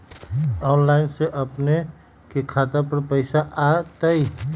Online से अपने के खाता पर पैसा आ तई?